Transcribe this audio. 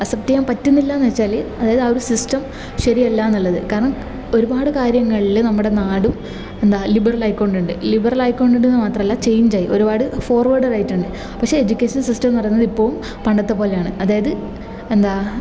accept ചെയ്യാൻ പറ്റുന്നില്ലയെന്ന് വെച്ചാല് അതായത് ആ ഒരു സിസ്റ്റം ശരിയല്ലയെന്നുള്ളത് കാരണം ഒരുപാട് കാര്യങ്ങളില് നമ്മുടെ നാടും എന്താ ലിബറലായിക്കൊണ്ടുണ്ട് ലിബറലായി കൊണ്ടുണ്ടെന്ന് മാത്രമല്ല ചെയ്ഞ്ചായി ഒരുപാട് ഫോർവേഡഡായിട്ടുണ്ട് പക്ഷെ എജ്യുക്കേഷൻ സിസ്റ്റം എന്ന് പറയുന്നത് ഇപ്പോഴും പണ്ടത്തെ പോലെയാണ് അതായത് എന്താ